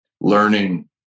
learning